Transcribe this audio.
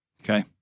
Okay